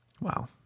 Wow